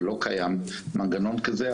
ולא קיים מנגנון כזה.